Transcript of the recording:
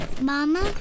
Mama